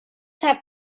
have